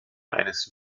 eines